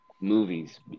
movies